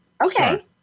Okay